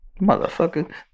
Motherfucker